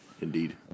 Indeed